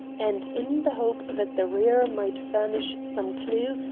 and in the hope that the rear might furnish some clew,